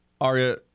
Aria